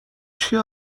چیه